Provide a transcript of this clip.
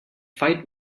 fight